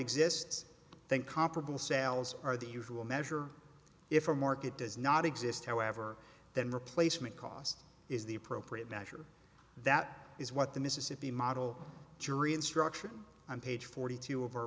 exists i think comparable sales are the usual measure if a market does not exist however then replacement cost is the appropriate measure that is what the mississippi model jury instruction on page forty two of our